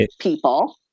people